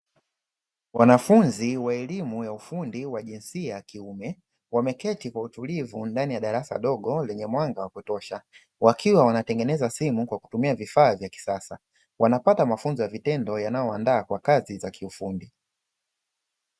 Wanafunzi wa elimu ya ufundi wa jinsia ya kiume, wameketi kwa utulivu ndani ya darasa dogo lenye mwanga wa kutosha. Wakiwa wanatengeneza simu kwa kutumia vifaa vya kisasa. Wanapata mafunzo ya vitendo yanayowaandaa kwa kazi za kiufundi.